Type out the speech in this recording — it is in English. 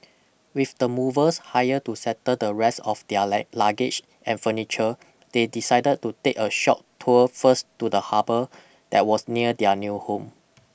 with the movers hired to settle the rest of their luggage and furniture they decided to take a short tour first to the harbour that was near their new home